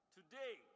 Today